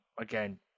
Again